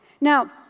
Now